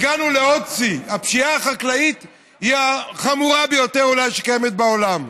הגענו לעוד שיא: הפשיעה החקלאית היא אולי החמורה ביותר שקיימת בעולם,